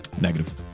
Negative